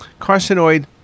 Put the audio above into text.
Carcinoid